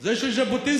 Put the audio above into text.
זה של ז'בוטינסקי.